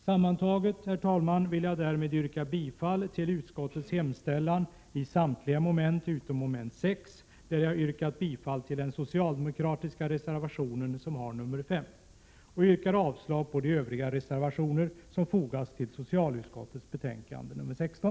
Sammantaget, herr talman, yrkar jag med detta bifall till utskottets hemställan i samtliga moment, med undantag av mom. 6, där jag yrkar bifall till socialdemokraternas reservation 5, samt avslag på övriga reservationer som fogats till socialutskottets betänkande 16.